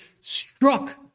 struck